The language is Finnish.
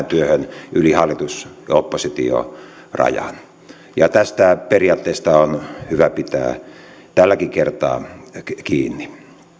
työhön yli hallitus oppositio rajan ja tästä periaatteesta on hyvä pitää tälläkin kertaa kiinni